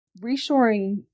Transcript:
Reshoring